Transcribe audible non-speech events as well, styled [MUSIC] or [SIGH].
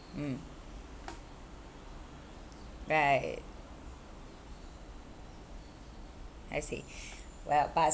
mm right I see [BREATH] well but